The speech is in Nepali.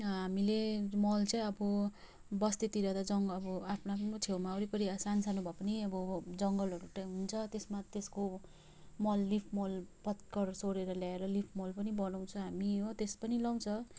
हामीले मल चाहिँ अब बस्तीतिर त जङ अब आ आफ्नो छेउमा वरिपरि सान् सानो भए पनि अब जङ्गलहरू त हुन्छ त्यसमा त्यसको मल लिफ मल पतकर सोहोरेर ल्याएर लिफ मल पनि बनाउँछौँ हामी त्यस पनि लाउँछ